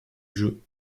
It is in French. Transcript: jeu